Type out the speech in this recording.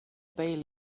bailey